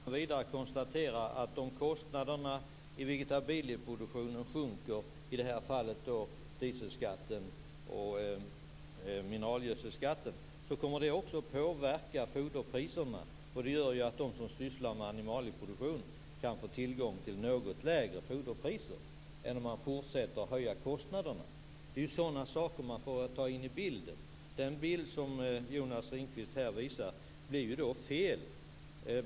Fru talman! Man kan utan vidare konstatera att om kostnaderna i vegetabilieproduktionen sjunker, i det här fallet genom att dieselskatten och mineralgödselskatten sänks, kommer det också att påverka foderpriserna. Det gör att de som sysslar med animalieproduktion kan få tillgång till något lägre foderpriser än om man fortsätter att höja kostnader. Det är sådana saker man får ta in i bilden. Den bild som Jonas Ringqvist här visar blir fel.